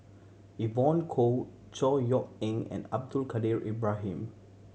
Evon Kow Chor Yeok Eng and Abdul Kadir Ibrahim